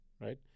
right